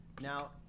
now